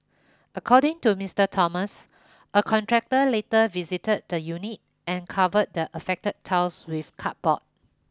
according to Mister Thomas a contractor later visited the unit and covered the affected tiles with cardboard